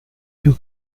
your